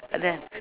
and then